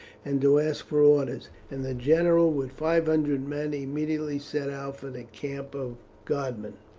and to ask for orders, and the general with five hundred men immediately set out for the camp of godman.